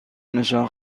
نشان